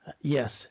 Yes